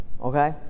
Okay